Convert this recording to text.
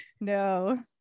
no